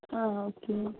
ആ ഓക്കെ